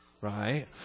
right